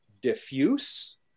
diffuse